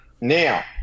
Now